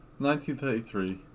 1933